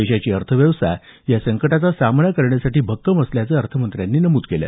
देशाची अर्थव्यवस्था या संकटाचा सामना करण्यासाठी भक्कम असल्याचं अर्थमंत्र्यांनी नमूद केलं